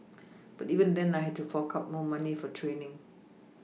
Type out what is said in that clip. but even then I had to fork out more money for training